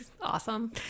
Awesome